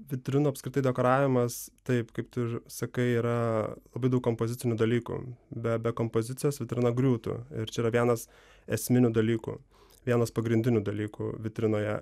vitrinų apskritai dekoravimas taip kaip tu ir sakai yra labai daug kompozicinių dalykų be be kompozicijos vitrina griūtų ir čia yra vienas esminių dalykų vienas pagrindinių dalykų vitrinoje